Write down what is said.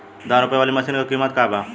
धान रोपे वाली मशीन क का कीमत बा?